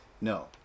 No